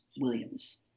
Williams